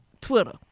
Twitter